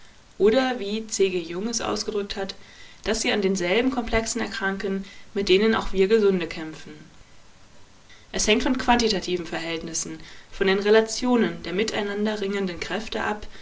oder wie c g jung es ausgedrückt hat daß sie an denselben komplexen erkranken mit denen auch wir gesunde kämpfen es hängt von quantitativen verhältnissen von den relationen der miteinander ringenden kräfte ab